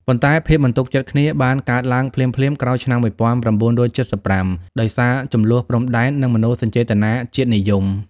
ប៉ុន្តែភាពមិនទុកចិត្តគ្នាបានកើតឡើងភ្លាមៗក្រោយឆ្នាំ១៩៧៥ ដោយសារជម្លោះព្រំដែន និងមនោសញ្ចេតនាជាតិនិយម។